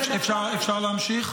אפשר להמשיך?